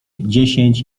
dziesięć